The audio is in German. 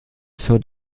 zur